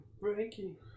Frankie